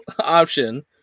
option